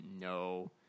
No